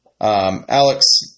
Alex